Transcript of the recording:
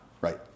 right